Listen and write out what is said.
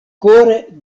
kore